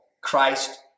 Christ